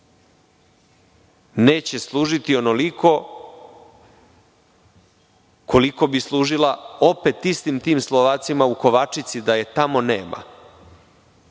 neće služiti onoliko koliko bi služila, opet istim tim Slovacima u Kovačici, da je tamo nema?